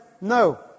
no